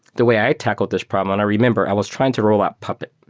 the way i tackled this problem i remember, i was trying to roll out puppet,